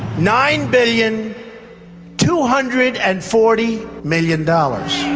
nine billion two hundred and forty million dollars.